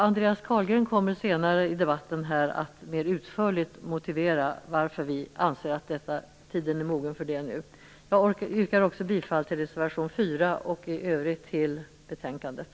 Andreas Carlgren kommer senare i debatten att mer utförligt motivera varför vi anser att tiden nu är mogen för det. Jag yrkar också bifall till reservation 4 och i övrigt till hemställan i betänkandet.